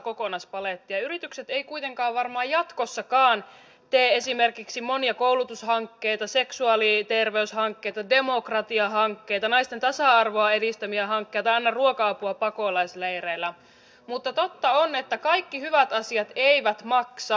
yritykset eivät kuitenkaan varmaan jatkossakaan tee esimerkiksi monia koulutushankkeita seksuaaliterveyshankkeita demokratiahankkeita naisten tasa arvoa edistäviä hankkeita tai anna ruoka apua pakolaisleireillä mutta totta on että kaikki hyvät asiat eivät maksa